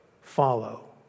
follow